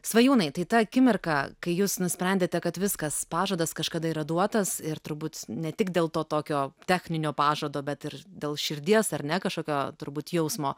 svajūnai tai ta akimirka kai jūs nusprendėte kad viskas pažadas kažkada yra duotas ir turbūt ne tik dėl to tokio techninio pažado bet ir dėl širdies ar ne kažkokio turbūt jausmo